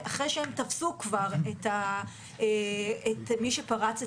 אחרי שהם תפסו כבר את מי שפרץ,